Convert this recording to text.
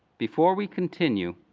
before we continue,